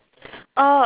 oh